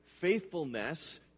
faithfulness